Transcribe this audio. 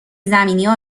زمینیها